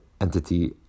entity